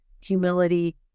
humility